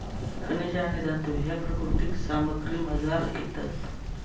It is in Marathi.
खनिजे आणि धातू ह्या प्राकृतिक सामग्रीमझार येतस